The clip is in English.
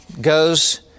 goes